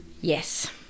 Yes